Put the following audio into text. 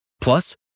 Plus